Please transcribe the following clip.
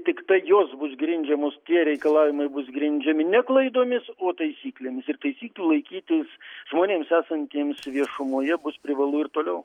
tiktai jos bus grindžiamos tie reikalavimai bus grindžiami ne klaidomis o taisyklėmis ir taisyklių laikytis žmonėms esantiems viešumoje bus privalu ir toliau